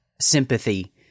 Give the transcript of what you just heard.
sympathy